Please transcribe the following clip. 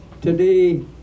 today